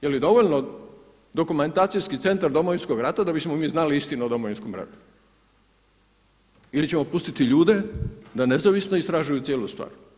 Jer je dovoljno Dokumentacijski centar Domovinskog rata da bismo mi znali istinu o Domovinskom ratu ili ćemo pustiti ljude da nezavisno istražuju cijelu stvar?